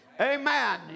Amen